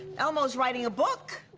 elmo's writing a book.